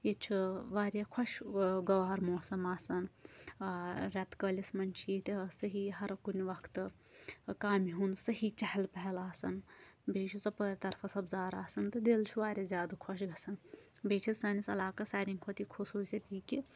ییٚتہِ چھُ واریاہ خۄش گوار موسم آسان رٮ۪تہٕ کٲلِس منٛز چھِ ییٚتہِ صحیح ہر کُنہِ وقتہٕ کامہِ ہُنٛد صحیح چہل پہل آسان بیٚیہِ چھُ ژۄپٲرۍ طرف سبزار آسان تہٕ دِل چھُ واریاہ زیادٕ خۄش گژھان بیٚیہِ چھِ سٲنِس علاقَس سارِنٕے کھۄتہٕ یہِ خصوٗصیت یہِ کہِ